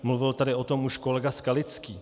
Mluvil tady o tom už kolega Skalický.